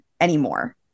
anymore